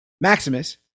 Maximus